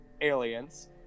aliens